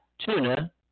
Tuna